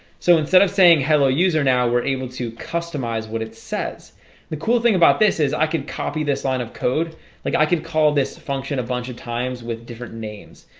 so instead of saying hello user now we're able to customize what it says the cool thing about this is i could copy this line of code like i could call this function a bunch of times with different names.